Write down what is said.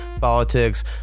politics